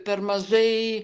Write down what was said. per mažai